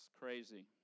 crazy